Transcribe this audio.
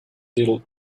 little